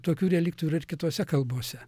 tokių reliktų yra ir kitose kalbose